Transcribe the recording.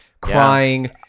crying